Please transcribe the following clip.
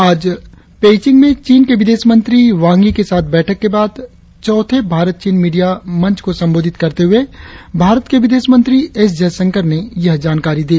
आज पेईचिंग में चीन के विदेश मंत्री वांग यी के साथ बैठक के बाद चौथे भारत चीन मीडिया मंच को संबोधित करते हुए विदेश मंत्री एस जयंशकर ने यह जानकारी दी